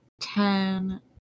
ten